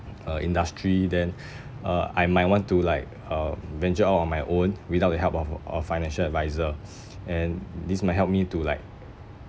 uh industry then uh I might want to like uh venture out on my own without the help of a of financial adviser and this might help me to like